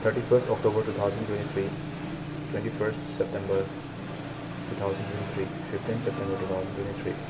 thirty first October two thousand twenty three twenty first September two thousand twenty three fifteen September two thousand twenty three